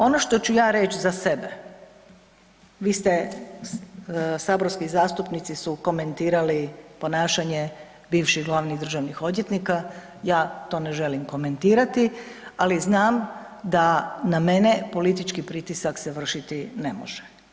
Ono što ću ja reći za sebe, vi ste, saborski zastupnici su komentirali ponašanje bivših glavnih državnih odvjetnika, ja to ne želim komentirati, ali znam da na mene politički pritisak se vršiti ne može.